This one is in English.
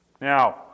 Now